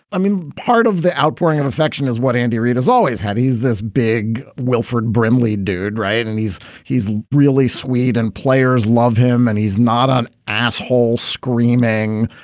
i mean, part of the outpouring of affection is what andy reid has always had. he's this big wilford brimley dude. right. and he's he's really sweet. and players love him. and he's not an asshole screaming.